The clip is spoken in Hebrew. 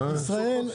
אדוני.